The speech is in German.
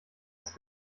putz